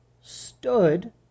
stood